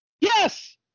Yes